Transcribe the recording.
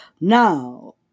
Now